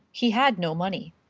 he had no money.